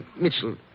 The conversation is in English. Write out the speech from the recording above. Mitchell